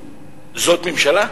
זאת ממשלה?